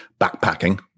backpacking